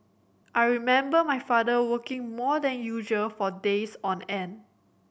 I remember my father working more than usual for days on end